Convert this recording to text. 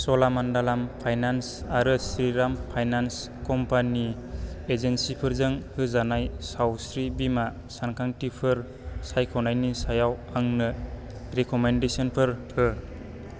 च'लामन्डलाम finance आरो Shriram finance company एजेन्सिफोरजों होजानाय सावस्रि बीमा सानथांखिफोर सायख'नायनि सायाव आंनो रेकमेन्देसनफोर हो